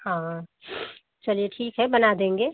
हाँ चलिए ठीक है बना देंगे